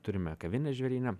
turime kavinę žvėryne